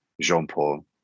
Jean-Paul